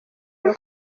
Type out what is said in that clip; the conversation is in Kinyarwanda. iyo